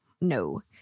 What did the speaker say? No